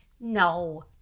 no